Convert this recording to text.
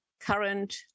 current